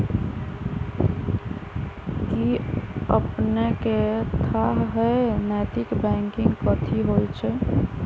कि अपनेकेँ थाह हय नैतिक बैंकिंग कथि होइ छइ?